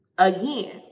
Again